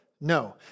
No